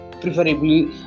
preferably